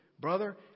brother